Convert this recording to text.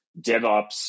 DevOps